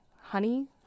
honey